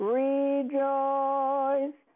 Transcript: rejoice